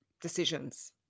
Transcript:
decisions